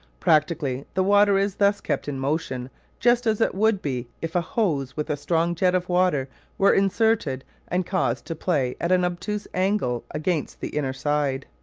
practically the water is thus kept in motion just as it would be if a hose with a strong jet of water were inserted and caused to play at an obtuse angle against the inner side.